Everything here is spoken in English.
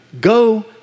Go